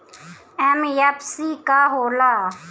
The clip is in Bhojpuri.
एम.एफ.सी का हो़ला?